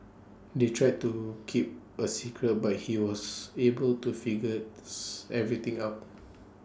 they tried to keep A secret but he was able to figures everything out